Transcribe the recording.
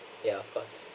ya of course